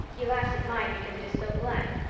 he laughs at mine because it's so black.